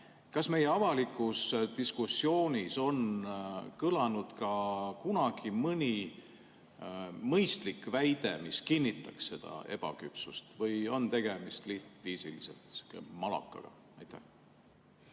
Kas meie avalikus diskussioonis on kõlanud ka kunagi mõni mõistlik väide, mis kinnitaks seda ebaküpsust, või on tegemist lihtviisiliselt malakaga? Aitäh,